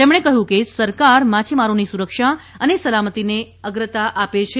તેમણે કહ્યું કે સરકાર માછીમારોની સુરક્ષા અને સલામતિને અગ્રતા આપે છે